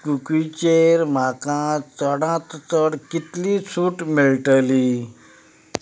कुकीजचेर म्हाका चडांत चड कितली सूट मेळटली